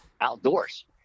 outdoors